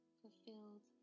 fulfilled